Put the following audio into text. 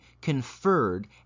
conferred